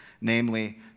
namely